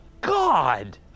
God